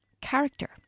Character